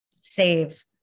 save